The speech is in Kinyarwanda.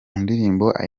ndirimo